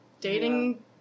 dating